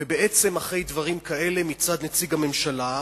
ובעצם, אחרי דברים כאלה מצד נציג הממשלה,